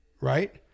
Right